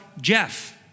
Jeff